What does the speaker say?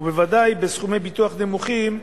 ובוודאי בסכומי ביטוח נמוכים,